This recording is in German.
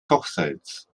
kochsalz